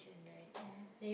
ya